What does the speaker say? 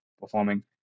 performing